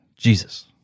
Jesus